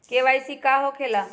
KYC का हो के ला?